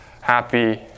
happy